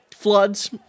Floods